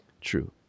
True